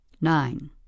Nine